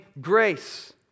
grace